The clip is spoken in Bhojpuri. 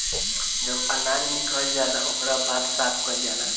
जब अनाज निकल जाला ओकरा बाद साफ़ कईल जाला